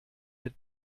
mit